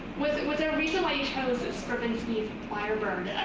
was there a reason why you chose stravinsky's firebird